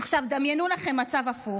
עכשיו, דמיינו לכם מצב הפוך,